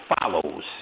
follows